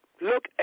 Look